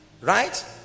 right